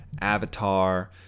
Avatar